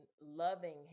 loving